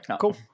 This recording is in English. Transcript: cool